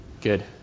Good